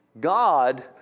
God